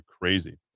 crazy